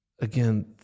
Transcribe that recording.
Again